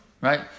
right